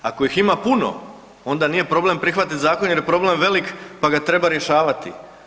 Ako ih ima puno, onda nije problem prihvatiti zakon jer je problem velik pa ga treba rješavati.